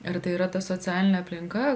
ar tai yra ta socialinė aplinka